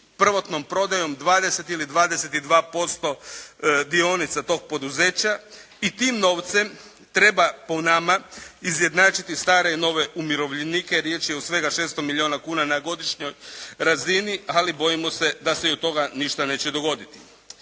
prvotnom prodajom 20 ili 22% dionica tog poduzeća i tim novcem treba po nama izjednačiti stare i nove umirovljenike, riječ je o svega 600 milijuna kuna na godišnjoj razini, ali bojimo se da se i od toga ništa neće dogoditi.